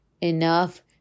enough